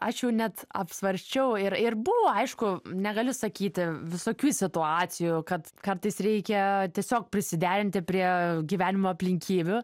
aš jau net apsvarsčiau ir ir buvo aišku negaliu sakyti visokių situacijų kad kartais reikia tiesiog prisiderinti prie gyvenimo aplinkybių